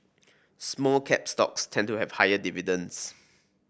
small cap stocks tend to have higher dividends